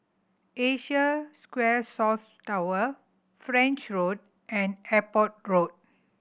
Asia Square South Tower French Road and Airport Road